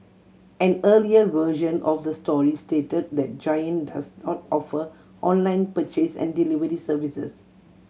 an earlier version of the story stated that Giant does not offer online purchase and delivery services